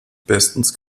bestens